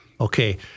Okay